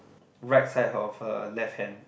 right side of her left hand